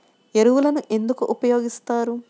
ఎరువులను ఎందుకు ఉపయోగిస్తారు?